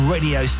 Radio